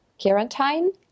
quarantine